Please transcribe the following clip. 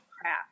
crap